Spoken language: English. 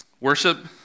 Worship